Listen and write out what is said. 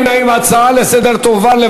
ההצעה להפוך את הצעת חוק שירות